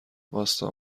واستا